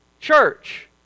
Church